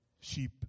sheep